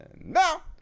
now